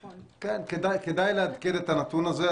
כדאי לעדכן את הנתון הזה.